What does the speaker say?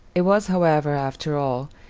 it was, however, after all,